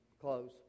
close